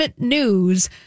news